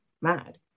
mad